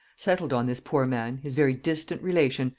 settled on this poor man, his very distant relation,